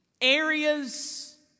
areas